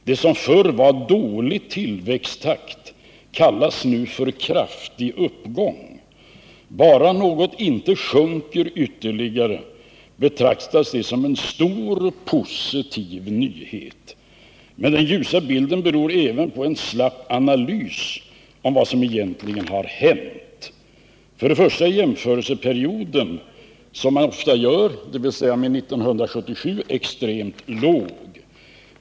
Det som förr var ”dålig tillväxttakt” kallas nu för kraftig uppgång”. Bara något inte sjunker ytterligare betraktas det som en stor positiv nyhet. Men den ljusa bilden beror även på en slapp analys om vad som egentligen hänt. -—-- För det första är jämförelseperioden 1977 extremt låg.